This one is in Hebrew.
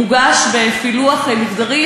מוגשים בפילוח מגדרי,